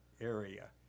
area